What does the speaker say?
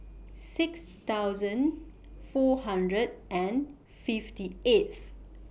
six thousand four hundred and fifty eighth